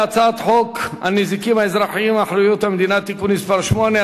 להצעת חוק הנזיקים האזרחיים (אחריות המדינה) (תיקון מס' 8),